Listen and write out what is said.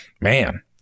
man